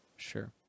Sure